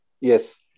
Yes